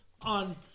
on